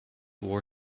war